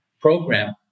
program